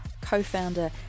co-founder